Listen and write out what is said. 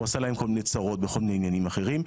הוא עשה להם כל מיני צרות בכל מיני עניינים אחרים.